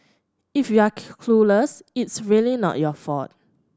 if you're clueless it's really not your fault